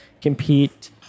compete